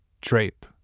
drape